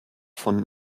von